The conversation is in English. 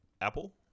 Apple